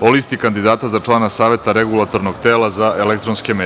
o listi kandidata za člana Saveta regulatornog tela za elektronske